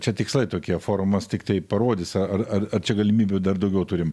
čia tikslai tokie forumas tiktai parodys ar ar ar čia galimybių dar daugiau turim